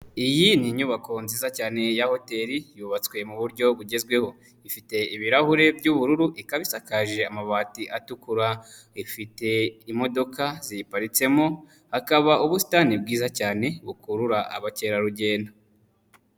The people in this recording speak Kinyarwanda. Iyi ni inyubako nziza cyane ya hoteli yubatswe mu buryo bugezweho, ifite ibirahure by'ubururu ikaba isakaje amabati atukura ifite imodoka ziyiparitsemo hakaba ubusitani bwiza cyane bukurura abakerarugendo.